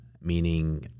meaning